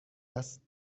است